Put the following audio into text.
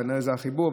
כנראה זה החיבור.